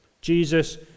Jesus